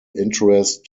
interest